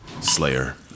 Slayer